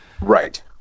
Right